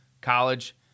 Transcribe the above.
college